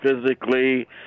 physically